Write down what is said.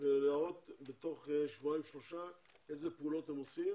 הזה ולהראות בתוך שבועיים-שלושה איזה פעולות הם עושים